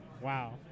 wow